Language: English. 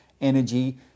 energy